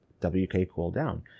WKCooldown